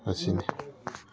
ꯑꯁꯤꯅꯤ